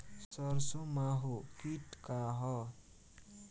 सरसो माहु किट का ह?